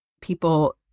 people